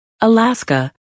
Alaska